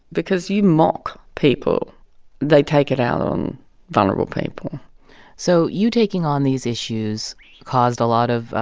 because you mock people they take it out on vulnerable people so you taking on these issues caused a lot of,